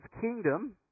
kingdom